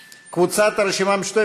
קבוצת סיעת הרשימה המשותפת